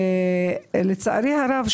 לצערי הרב,